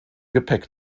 gepäck